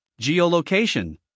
geolocation